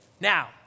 Now